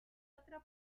otra